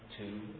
two